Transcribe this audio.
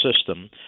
system